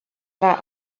war